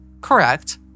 Correct